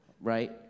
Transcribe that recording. right